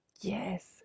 Yes